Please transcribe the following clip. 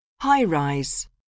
High-rise